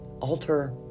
alter